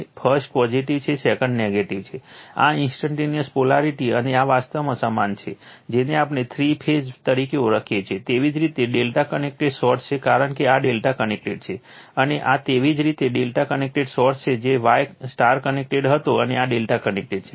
1st positive છે 2nd negative છે આ ઈન્સ્ટંટેનીઅસ પોલારિટી અને આ વાસ્તવમાં સમાન છે જેને આપણે થ્રી ફેઝ તરીકે ઓળખીએ છીએ તેવી જ રીતે ∆ કનેક્ટેડ સોર્સ છે કારણ કે આ ∆ કનેક્ટેડ છે અને આ તેવી જ રીતે ∆ કનેક્ટેડ સોર્સ છે જે Y કનેક્ટેડ હતો અને આ ∆ કનેક્ટેડ છે